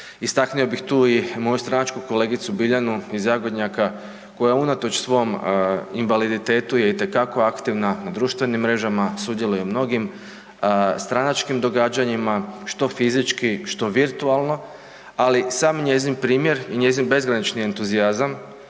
Istaknuo bih tu i moju stranačku kolegicu Biljanu iz Zagodnjaka koja unatoč svom invaliditetu je itekako aktivna na društvenim mrežama, sudjeluje u mnogim stranačkim događanjima što fizički, što virtualno, ali sam njezin primjer i njezin bezgraničan entuzijazam,